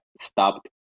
stopped